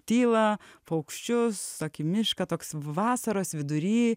tylą paukščius tokį mišką toks vasaros vidury